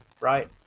right